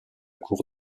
cour